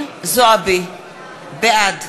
בעד